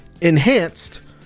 enhanced